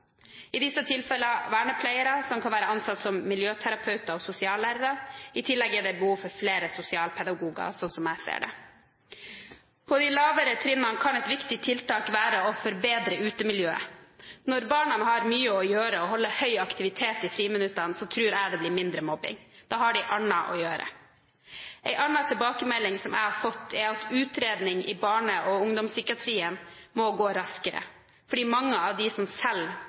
i disse tilfellene vernepleiere, som kan være ansatt som miljøterapeuter og sosiallærere. I tillegg er det behov for flere sosialpedagoger, slik som jeg ser det. På de lavere trinnene kan et viktig tiltak være å forbedre utemiljøet. Når barna har mye å gjøre og har høy aktivitet i friminuttene, tror jeg det blir mindre mobbing. Da har de annet å gjøre. En annen tilbakemelding som jeg har fått, er at utredning i barne- og ungdomspsykiatrien må gå raskere, fordi mange av de som selv